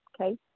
Okay